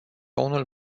unul